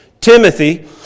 Timothy